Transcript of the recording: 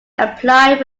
applied